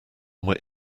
were